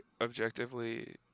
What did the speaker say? objectively